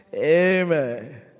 amen